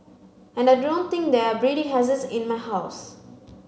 and I don't think there are breeding hazards in my house